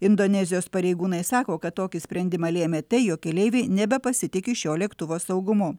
indonezijos pareigūnai sako kad tokį sprendimą lėmė tai jog keleiviai nebepasitiki šio lėktuvo saugumu